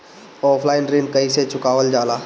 Offline ऋण कइसे चुकवाल जाला?